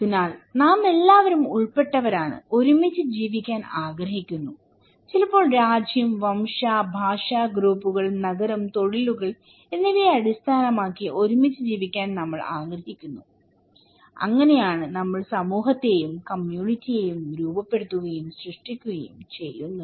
അതിനാൽ നാമെല്ലാവരും ഉൾപ്പെട്ടവരാണ് ഒരുമിച്ച് ജീവിക്കാൻ ആഗ്രഹിക്കുന്നു ചിലപ്പോൾ രാജ്യം വംശം ഭാഷാ ഗ്രൂപ്പുകൾ നഗരം തൊഴിലുകൾ എന്നിവയെ അടിസ്ഥാനമാക്കി ഒരുമിച്ച് ജീവിക്കാൻ നമ്മൾ ആഗ്രഹിക്കുന്നു അങ്ങനെയാണ് നമ്മൾ സമൂഹത്തെയും കമ്മ്യൂണിറ്റിയെയും രൂപപ്പെടുത്തുകയും സൃഷ്ടിക്കുകയും ചെയ്യുന്നത്